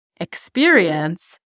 experience